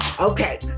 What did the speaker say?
Okay